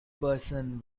person